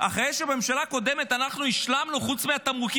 במקום השני בעולם מבחינת יוקר המחיה,